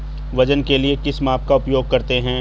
वजन के लिए किस माप का उपयोग करते हैं?